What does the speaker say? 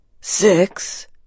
Six